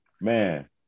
man